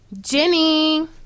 jenny